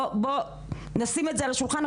בואו נשים את זה על השולחן,